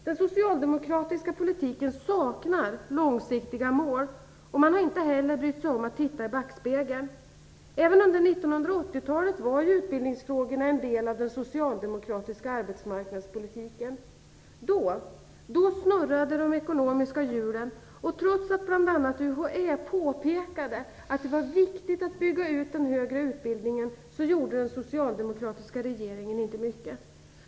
Den socialdemokratiska politiken saknar långsiktiga mål, och man har inte heller brytt sig om att titta i backspegeln. Även under 1980-talet var utbildningsfrågorna en del av den socialdemokratiska arbetsmarknadspolitiken. Då snurrade de ekonomiska hjulen, och trots att bl.a. UHÄ påpekade att det var viktigt att bygga ut den högre utbildningen gjorde den socialdemokratiska regeringen inte mycket.